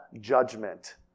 judgment